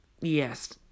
Yes